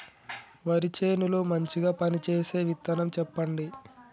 వరి చేను లో మంచిగా పనిచేసే విత్తనం చెప్పండి?